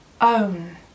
own